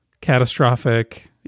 catastrophic